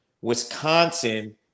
Wisconsin